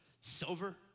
silver